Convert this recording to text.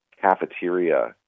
cafeteria